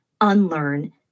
unlearn